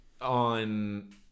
on